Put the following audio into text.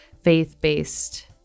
faith-based